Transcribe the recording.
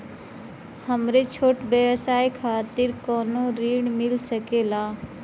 हमरे छोट व्यवसाय खातिर कौनो ऋण मिल सकेला?